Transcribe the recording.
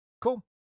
Cool